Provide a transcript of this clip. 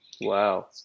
Wow